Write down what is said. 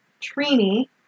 Trini